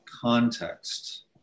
context